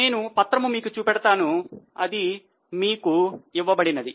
నేను పత్రము మీకు చూపెడతాను అది మీకు ఇవ్వబడినది